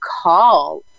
call